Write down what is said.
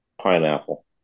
Pineapple